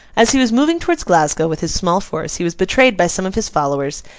as he was moving towards glasgow with his small force, he was betrayed by some of his followers,